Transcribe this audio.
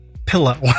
Pillow